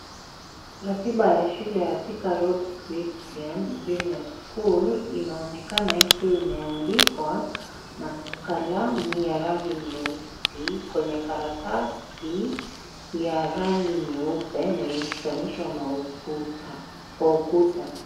Ratiba ya shule ya Thika Road Christian Junior School inaonekana ikiwa imeandikwa na kalamu ya rangi nyeusi kwenye karatasi ya rangi nyeupe na imeshikanishwa kwa ukuta.